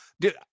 dude